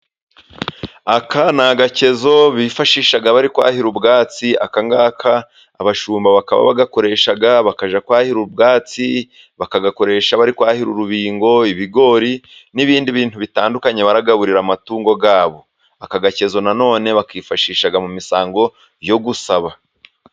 Aka ni agakezo bifashisha bari kwahira ubwatsi. Akagangaka, abashumba bakaba bagakoresha, bakajya kwahira ubwatsi, bakagakoresha bari kwahira urubingo, ibigori n'ibindi bintu bitandukanye baragaburira amatungo yabo. Aka gakezo nanone bakifashisha mu misango yo gusaba.